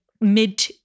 mid